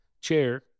chair